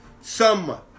summer